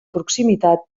proximitat